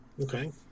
Okay